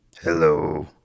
Hello